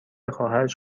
خواهرش